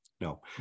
No